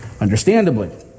Understandably